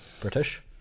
British